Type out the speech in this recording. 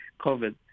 COVID